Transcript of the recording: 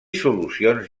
solucions